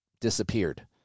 disappeared